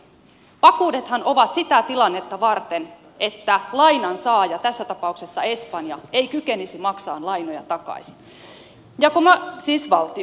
vakuudethan ovat sitä tilannetta varten että lainansaaja tässä tapauksessa espanja ei kykenisi maksamaan lainoja takaisin siis valtio